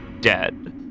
Dead